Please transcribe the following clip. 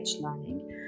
learning